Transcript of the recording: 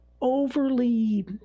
overly